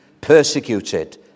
Persecuted